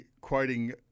quoting